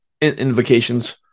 invocations